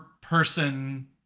person